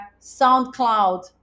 SoundCloud